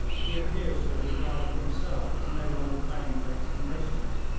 he appears to have regarded himself as no longer bound by its conditions,